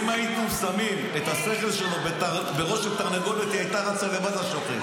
אם היינו שמים את השכל שלו בראש של תרנגולת היא הייתה רצה לבד לשוחט.